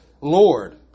Lord